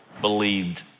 believed